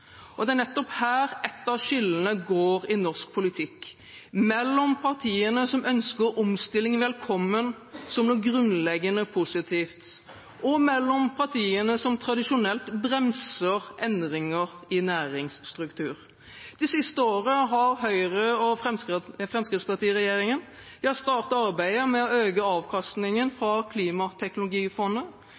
Det er nettopp her et av skillene går i norsk politikk – mellom partiene som ønsker omstilling velkommen som noe grunnleggende positivt, og partiene som tradisjonelt bremser endringer i næringsstruktur. Det siste året har Høyre–Fremskrittsparti-regjeringen startet arbeidet med å øke avkastningen fra klimateknologifondet.